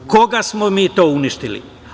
Koga smo mi to uništili?